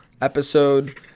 episode